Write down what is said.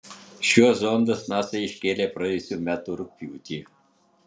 šiuo zondus nasa iškėlė praėjusių metų rugpjūtį